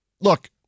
Look